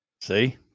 See